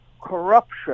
corruption